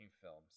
films